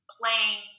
playing